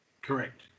Correct